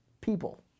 people